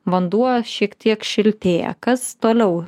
vanduo šiek tiek šiltėja kas toliau